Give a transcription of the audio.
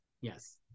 yes